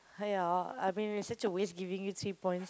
!aiya! I've been it's such a waste giving you three points